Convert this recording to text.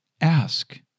Ask